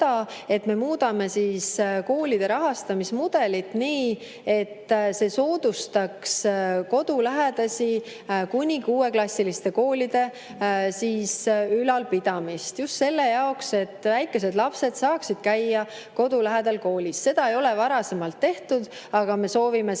et me muudame koolide rahastamismudelit nii, et see soodustaks kodulähedaste kuni kuueklassiliste koolide ülalpidamist just selle jaoks, et väikesed lapsed saaksid käia kodu lähedal koolis. Seda ei ole varasemalt tehtud, aga me soovime seda